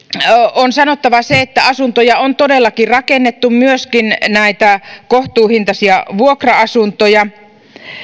on sanottava se että asuntoja on todellakin rakennettu myöskin näitä kohtuuhintaisia vuokra asuntoja